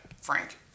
Frank